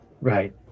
Right